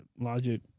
logic